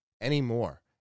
anymore